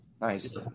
Nice